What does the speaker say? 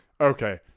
Okay